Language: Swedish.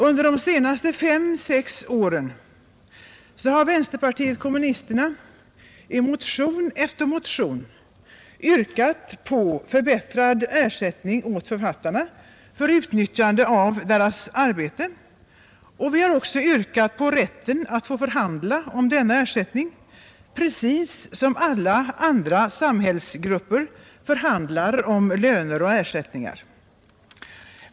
Under de senaste fem, sex åren har vänsterpartiet kommunisterna i motion efter motion yrkat på förbättrad ersättning åt författarna för utnyttjande av deras arbete. Vi har också yrkat på rätt att få förhandla om denna ersättning, precis som alla andra samhällsgrupper förhandlar om löner och ersättningar.